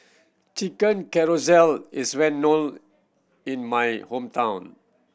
Chicken Casserole is well known in my hometown